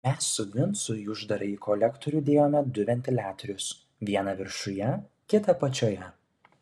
mes su vincu į uždarąjį kolektorių dėjome du ventiliatorius vieną viršuje kitą apačioje